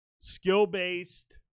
skill-based